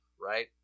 right